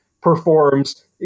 performs